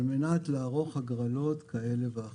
על מנת לערוך הגרלות כאלה ואחרות.